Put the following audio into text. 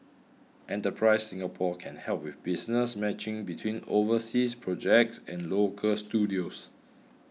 enterprise Singapore can help with business matching between overseas projects and local studios